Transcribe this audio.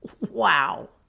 Wow